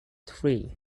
three